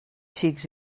xics